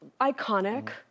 iconic